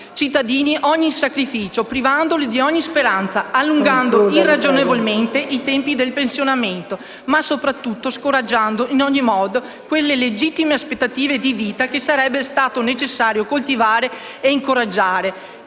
cittadini ogni sacrificio, privandoli di ogni speranza, allungando irragionevolmente i tempi del pensionamento, ma soprattutto scoraggiando in ogni modo quelle legittime aspettative di vita che sarebbe stato necessario coltivare e incoraggiare.